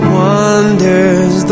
wonders